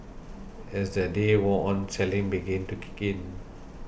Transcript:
as the day wore on selling began to kick in